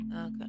Okay